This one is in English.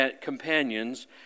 companions